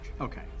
Okay